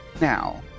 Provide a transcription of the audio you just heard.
Now